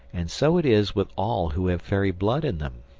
and so it is with all who have fairy blood in them.